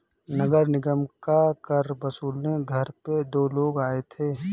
नगर निगम का कर वसूलने घर पे दो लोग आए थे